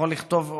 יכול לכתוב,